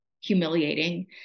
humiliating